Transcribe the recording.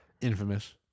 Infamous